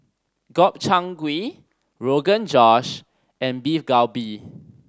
Gobchang Gui Rogan Josh and Beef Galbi